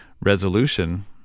resolution